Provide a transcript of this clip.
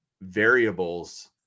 variables